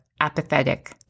apathetic